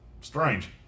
Strange